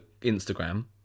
Instagram